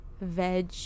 veg